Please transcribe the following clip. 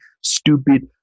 stupid